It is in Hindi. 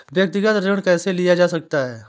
व्यक्तिगत ऋण कैसे लिया जा सकता है?